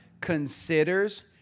considers